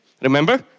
remember